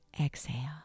exhale